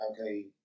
okay